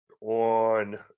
on